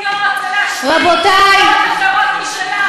תנו לה לסתום פיות ולהשתיק קולות אחרים משלך.